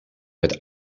met